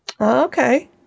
Okay